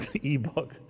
e-book